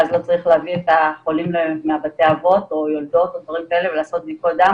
ואז לא צריך להביא את החולים מבתי האבות ולעשות בדיקות דם